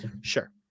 sure